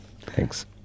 Thanks